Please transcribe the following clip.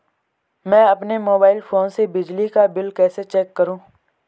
मैं अपने mobile phone से बिजली का बिल कैसे चेक करूं?